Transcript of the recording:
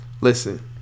Listen